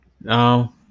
No